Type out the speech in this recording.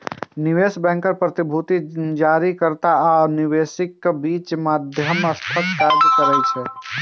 निवेश बैंकर प्रतिभूति जारीकर्ता आ निवेशकक बीच मध्यस्थक काज करै छै